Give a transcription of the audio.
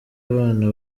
abana